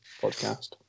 podcast